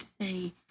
say